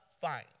fine